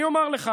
אני אומר לך.